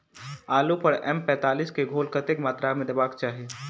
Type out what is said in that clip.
आलु पर एम पैंतालीस केँ घोल कतेक मात्रा मे देबाक चाहि?